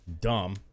Dumb